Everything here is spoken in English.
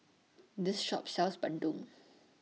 This Shop sells Bandung